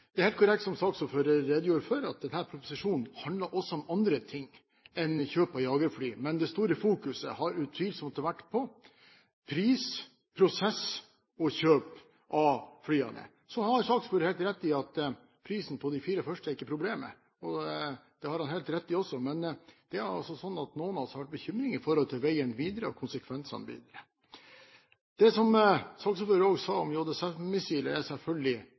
Det er helt korrekt som saksordføreren redegjorde for, at denne proposisjonen også handler om andre ting enn kjøp av jagerfly, men det store fokuset har utvilsomt vært på pris, prosess og kjøp av flyene. Så har saksordføreren helt rett i at prisen på de fire første ikke er problemet. Men det er altså sånn at noen av oss har vært bekymret for veien videre og konsekvensene videre. Det som saksordføreren sa om JSM-missilet, er selvfølgelig